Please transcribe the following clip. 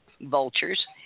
vultures